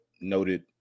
noted